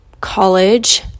college